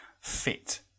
fit